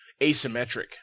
asymmetric